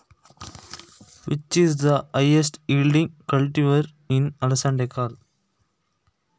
ಅಲಸಂದೆ ಕಾಳಿನಲ್ಲಿ ಹೆಚ್ಚು ಇಳುವರಿ ಕೊಡುವ ತಳಿ ಯಾವುದು?